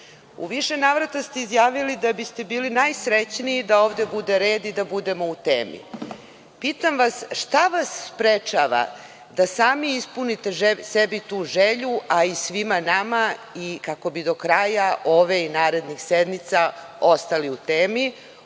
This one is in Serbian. u više navrata ste izjavili da biste bili najsrećniji da ovde bude red i da budemo u temi. Pitam vas – šta vas sprečava da sami ispunite tu želju, a i svima nama, kako bi do kraja ove i narednih sednica ostali u temi?